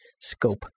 scope